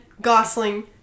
Gosling